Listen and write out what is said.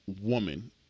woman